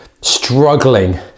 struggling